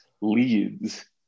leads